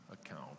account